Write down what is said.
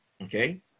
Okay